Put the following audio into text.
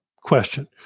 question